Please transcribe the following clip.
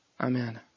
Amen